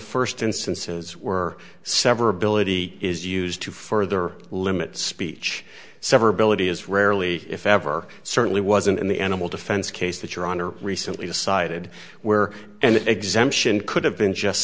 first instances were severability is used to further limit speech severability is rarely if ever certainly wasn't in the animal defense case that your honor recently decided where and exemption could have been just